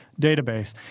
database